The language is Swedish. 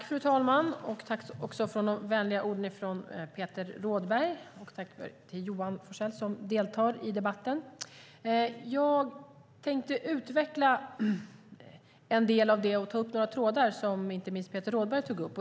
Fru talman! Tack för de vänliga orden från Peter Rådberg! Och tack till Johan Forssell, som deltar i debatten! Jag tänkte utveckla en del av detta och ta upp några trådar som inte minst Peter Rådberg tog upp.